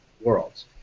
worlds